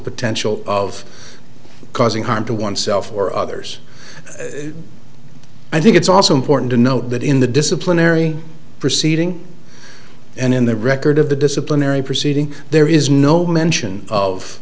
potential of causing harm to oneself or others i think it's also important to note that in the disciplinary proceeding and in the record of the disciplinary proceeding there is no mention of